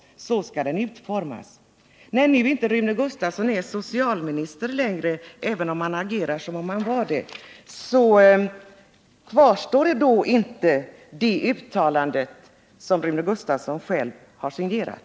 Rune Gustavsson är nu inte längre socialminister, även om han agerar som om han vore det. Gäller då inte längre det uttalande som Rune Gustavsson själv har signerat?